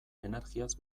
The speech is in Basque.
energiaz